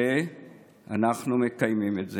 ואנחנו מקיימים את זה.